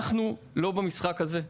אנחנו לא במשחק הזה.